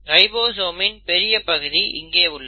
ரைபோசோமின் பெரிய பகுதி இங்கே உள்ளது